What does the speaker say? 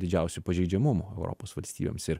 didžiausių pažeidžiamumų europos valstijoms ir